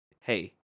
Hey